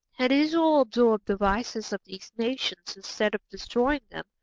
had israel absorbed the vices of these nations instead of destroying them,